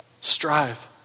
strive